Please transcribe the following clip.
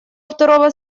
второго